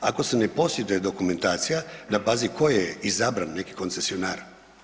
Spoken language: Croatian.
Ako se ne posjeduje dokumentacija na bazi koje je izabran neki koncesionar.